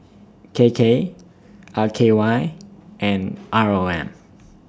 K K R K Y and R O M